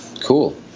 Cool